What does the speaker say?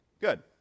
Good